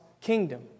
kingdom